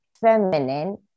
feminine